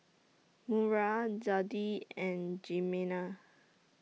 Maura Zadie and Jimena